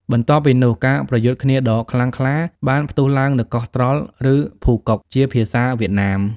បន្ទាប់ពីនោះ ការប្រយុទ្ធគ្នាដ៏ខ្លាំងក្លាបានផ្ទុះឡើងនៅកោះត្រល់ ឬភូកុក ជាភាសាវៀតណាម។